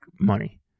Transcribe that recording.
money